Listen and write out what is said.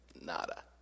Nada